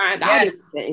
yes